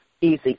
easy